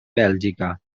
bèlgica